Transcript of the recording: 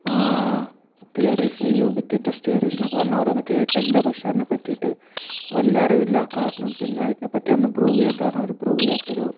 theories ഈ ubiquitous തിയറീസെന്നൊക്കെ പറഞ്ഞ് ഓരോന്ന് കേട്ടിട്ടുണ്ട് പക്ഷേ അതിനെ പറ്റിയിട്ട് വലിയ അറിവില്ല കാരണം പിന്നെ അതിനെ പറ്റിയൊന്നും പ്രൂവ് ചെയ്യാത്ത കാരണം അവർ പ്രൂവ് ചെയ്യാത്തൊരു